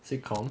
sitcom